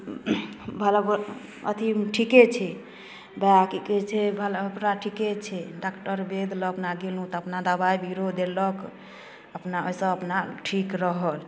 भला बुरा अथी ठीके छै वएह कि कहै छै भला बुरा ठीके छै डाक्टर बैद्य लऽ अपना गेलहुॅं तऽ अपना दवाइ बीरो देलक अपना एहिसँ अपना ठीक रहल